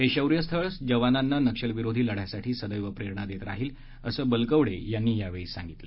हे शौर्य स्थळ जवानांना नक्षलविरोधी लढ्यासाठी सदैव प्रेरणा देत राहील असं बलकवडे यावेळी सांगितलं